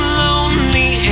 lonely